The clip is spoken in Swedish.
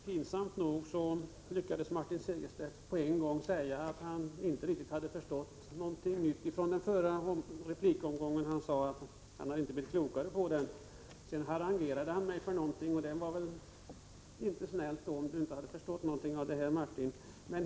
Herr talman! Pinsamt nog lyckades Martin Segerstedt på en gång säga att han inte hade blivit klokare av den förra replikomgången. Sedan harangerade han mig för någonting, och det var väl inte snällt om han inte hade förstått något av detta.